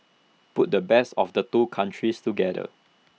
put the best of the two countries together